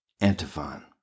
Antiphon